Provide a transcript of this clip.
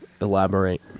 elaborate